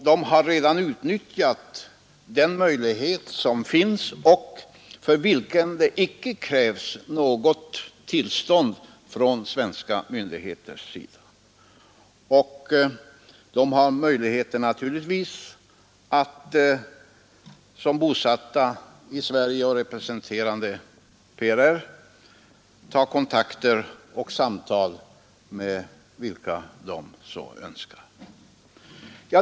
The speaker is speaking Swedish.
Den möjlighet som där finns och för vilken det inte krävs något tillstånd av svenska myndigheter har man redan alltså utnyttjat. Representanterna för republiken kan, när de är bosatta här i Sverige och representerar PRR, ta kontakter och föra samtal med vilka personer de önskar.